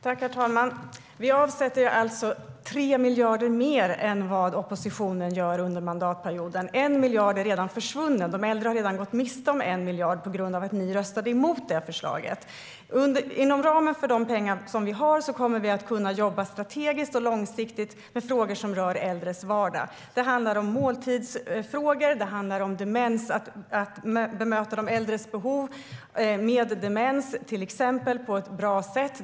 Herr talman! Vi avsätter alltså 3 miljarder mer än vad oppositionen gör under mandatperioden. 1 miljard är redan försvunnen. De äldre har redan gått miste om 1 miljard på grund av att ni röstade emot det förslaget. Inom ramen för de pengar som vi har kommer vi att kunna jobba strategiskt och långsiktigt med frågor som rör äldres vardag. Det handlar om måltidsfrågor. Det handlar om demens och om att möta behoven hos de äldre med demens, till exempel, på ett bra sätt.